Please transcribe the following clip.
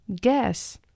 Guess